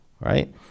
right